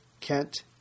Kent